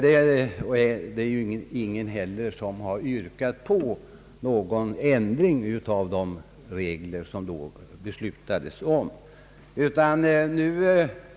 Det är ju heller ingen som har yrkat på någon ändring av de regler som då beslutades.